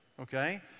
okay